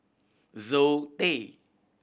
Zoe